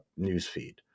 newsfeed